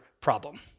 problem